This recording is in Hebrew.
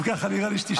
אם כך נראה לי שתישאר.